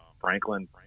Franklin